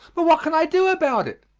but what can i do about it?